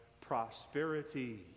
prosperity